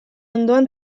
ondoan